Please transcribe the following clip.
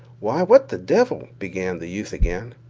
why, what the devil began the youth again.